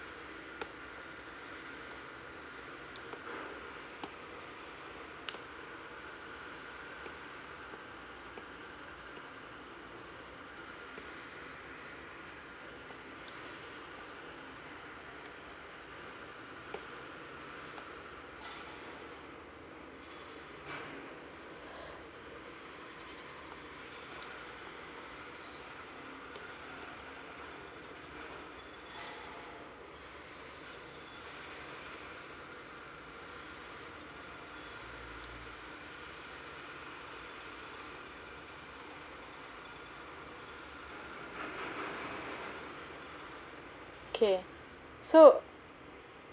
kay~ so